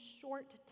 short